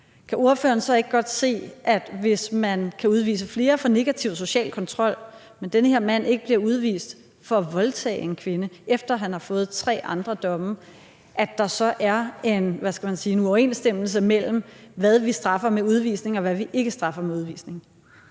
om ordføreren så ikke godt kan se, at der, hvis man kan udvise flere for negativ social kontrol, men den her mand ikke bliver udvist for at voldtage en kvinde, efter at han har fået tre andre domme, så er – hvad skal man sige – en uoverensstemmelse mellem, hvad vi straffer med udvisning og hvad vi ikke straffer med udvisning.